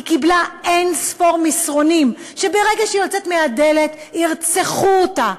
היא קיבלה אין-ספור מסרונים שברגע שהיא יוצאת מהדלת ירצחו אותה.